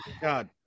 God